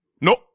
No